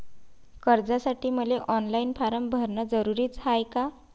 कर्जासाठी मले online form भरन जरुरीच हाय का?